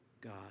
God